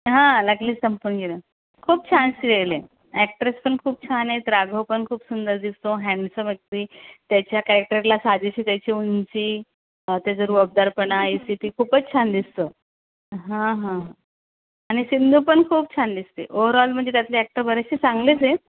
हा लागलीच संपून गेलं खूप छान सिरीयल आहे ॲक्ट्रेस पण खूप छान आहे राघव पण खूप सुंदर दिसतो हँडसम अगदी त्याच्या कॅरेक्टरला साजेशी त्याची उंची त्याचा रुबाबदारपणा खूपच छान दिसतं हा हा आणि सिंधू पण खूप छान दिसते ओव्हरऑल म्हणजे त्यातले ॲक्टर बरेचसे चांगलेच आहे